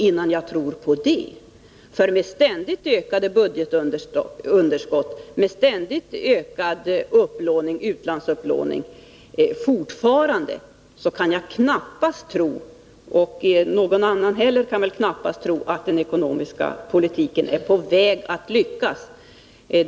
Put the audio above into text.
Så länge vi har ständigt ökade budgetunderskott och en fortgående och ökad utlandsupplåning kan jag knappast tro — det kan väl ingen annan heller — att den ekonomiska politiken är på väg att lyckas.